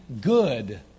good